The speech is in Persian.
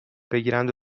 بگیرند